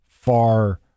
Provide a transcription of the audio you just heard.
far